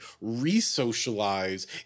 re-socialize